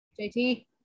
JT